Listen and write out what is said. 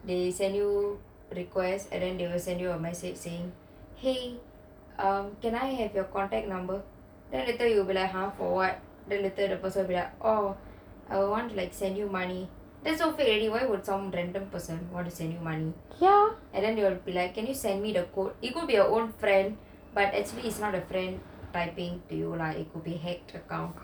they send you request and then they will send you a message saying !hey! um can I have your contact number then later you will be like !huh! for what then the person be like oh I will want to send you money that's so fake already why would some random person want to send you money and then they would be like can you send me the code it could be an old friend but actually is not a friend typing to you like it could be fake account